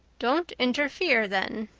don't interfere then.